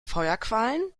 feuerquallen